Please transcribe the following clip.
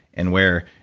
and where,